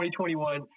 2021